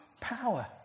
power